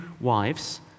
wives